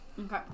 Okay